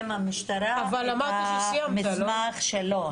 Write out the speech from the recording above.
המשטרה את המסמך שלו אבל אמרת שסיימת,